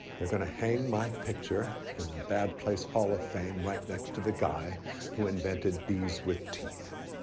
they're gonna hang my picture in the bad place hall of fame right next to the guy who invented bees with teeth